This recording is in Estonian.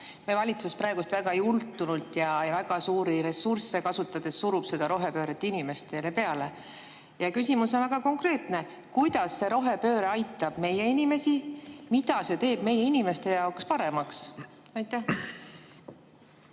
Meie valitsus praegu väga jultunult ja väga suuri ressursse kasutades surub seda rohepööret inimestele peale. Ja küsimus on väga konkreetne: kuidas see rohepööre aitab meie inimesi, mida see teeb meie inimeste jaoks paremaks? Ma